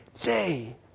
day